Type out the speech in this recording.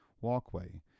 walkway